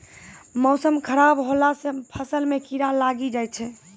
मौसम खराब हौला से फ़सल मे कीड़ा लागी जाय छै?